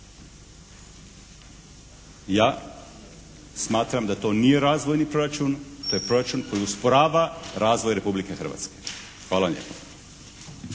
Ja smatram da to nije razvojni proračun. To je proračun koji usporava razvoj Republike Hrvatske. Hvala lijepa.